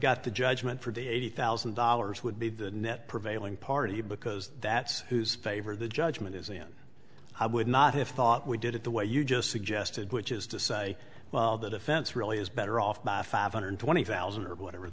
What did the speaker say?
got to judgment for the eighty thousand dollars would be the net prevailing party because that's who's favor the judgment is in i would not have thought we did it the way you just suggested which is to say well the defense really is better off by five hundred twenty thousand or whatever